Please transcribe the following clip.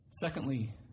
Secondly